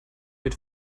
mit